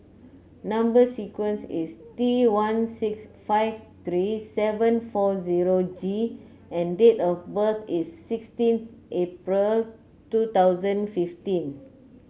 number sequence is T one six five three seven four zero G and date of birth is sixteen April two thousand fifteen